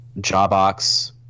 Jawbox